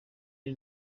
ari